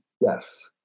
Yes